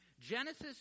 Genesis